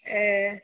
ए